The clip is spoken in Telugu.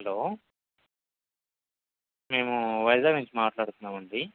హలో మేము వైజాగ్ నుంచి మాట్లాడుతున్నాము అండి